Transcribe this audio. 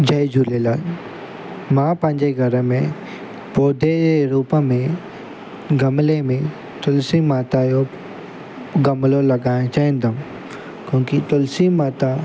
जय झूलेलाल मां पंहिंजे घर में पौधे जे रूप में गमले तुलसी माता जो गमलो लॻाइणु चाहींदुमि क्योकि तुलसी माता